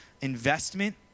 investment